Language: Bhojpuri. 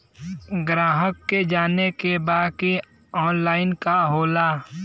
ग्राहक के जाने के बा की ऑनलाइन का होला?